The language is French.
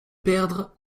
perdre